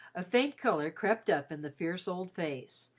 a faint colour crept up in the fierce old face,